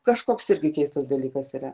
kažkoks irgi keistas dalykas yra